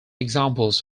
examples